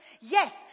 Yes